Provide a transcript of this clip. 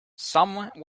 some